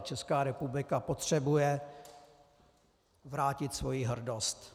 Česká republika potřebuje vrátit svoji hrdost.